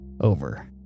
over